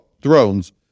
thrones